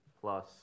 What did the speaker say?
plus